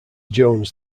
jones